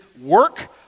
work